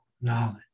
knowledge